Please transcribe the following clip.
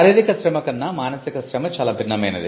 శారీరిక శ్రమ కన్నా మానసిక శ్రమ చాలా భిన్నమైనది